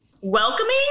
welcoming